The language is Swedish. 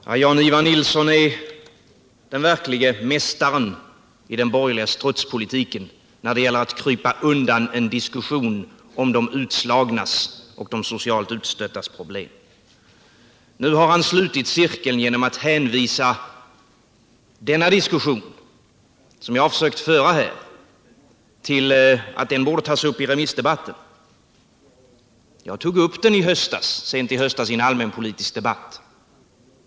Herr talman! Jan-Ivan Nilsson är den verklige mästare i den borgerliga strutspolitiken när det gäller att krypa undan från en diskussion om de utslagnas och de socialt utstöttas problem. Nu har han slutit cirkeln genom att hänvisa till att den diskussion som jag har försökt föra här borde tas upp i remissdebatten. Jag tog upp den sent i höstas i en allmänpolitisk debatt.